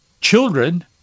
children